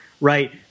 right